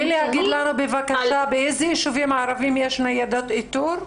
להגיד לנו בבקשה באילו ישובים ערביים יש ניידות איתור?